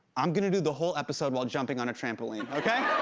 i'm going to do the whole episode while jumping on a trampoline, okay?